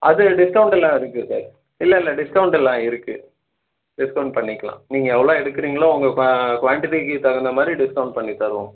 அது டிஸ்கவுண்ட்டெல்லாம் இருக்குது சார் இல்லை இல்லை டிஸ்கவுண்ட்டெல்லாம் இருக்குது டிஸ்கவுண்ட் பண்ணிக்கலாம் நீங்கள் எவ்வளோ எடுக்குறீங்களோ உங்கள் குவான்டிட்டிக்கு தகுந்தமாதிரி டிஸ்கவுண்ட் பண்ணித் தருவோம்